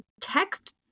text